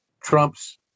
Trump's